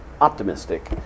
optimistic